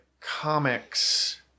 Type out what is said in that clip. comics